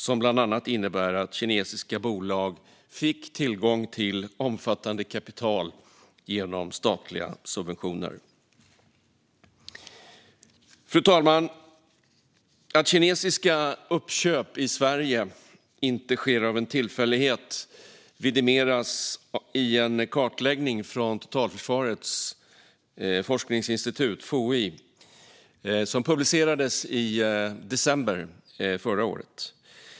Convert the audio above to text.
Den innebar bland annat att kinesiska bolag får tillgång till omfattande kapital genom statliga subventioner. Fru talman! Att kinesiska uppköp i Sverige inte sker av en tillfällighet vidimeras i en kartläggning från Totalförsvarets forskningsinstitut, FOI, som publicerades i december förra året.